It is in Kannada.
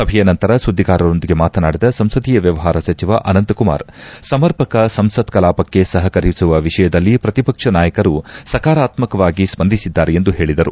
ಸಭೆಯ ನಂತರ ಸುದ್ದಿಗಾರರೊಂದಿಗೆ ಮಾತನಾಡಿದ ಸಂಸದೀಯ ವ್ಯವಹಾರ ಸಚಿವ ಅನಂತಕುಮಾರ್ ಸಮರ್ಪಕ ಸಂಸತ್ ಕಲಾಪಕ್ಕೆ ಸಹಕರಿಸುವ ವಿಷಯದಲ್ಲಿ ಪ್ರತಿಪಕ್ಷ ನಾಯಕರು ಸಕರಾತ್ಮಕವಾಗಿ ಸಂದಿಸಿದ್ದಾರೆ ಎಂದು ಹೇಳಿದರು